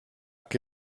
che